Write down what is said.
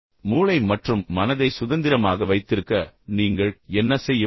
மூளை மற்றும் மனதை சுதந்திரமாக வைத்திருக்க நீங்கள் என்ன செய்ய முடியும்